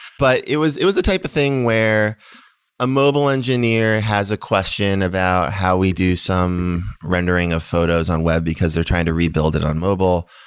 but it was it was the type of thing where a mobile engineer has a question about how we do some rendering of photos on web, because they're trying to rebuild it on mobile.